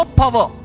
power